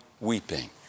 weeping